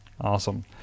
Awesome